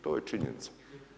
To je činjenica.